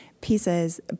pieces